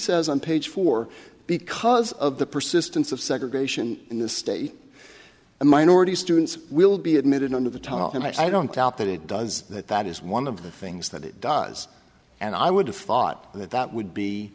says on page four because of the persistence of segregation in this state a minority students will be admitted under the tongue and i don't doubt that it does that that is one of the things that it does and i would have thought that that would be